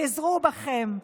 חזרו בכם.